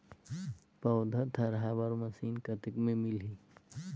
पौधा थरहा बर मशीन कतेक मे मिलही?